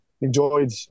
enjoyed